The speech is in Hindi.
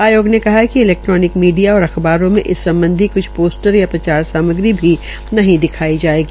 आयोग ने कहा कि इलैक्ट्रोनिक मीडिया और अखबारों में इस सम्बधी पोस्टर या प्रचार सामग्री भी नहीं दिखाई जायेगी